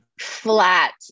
flat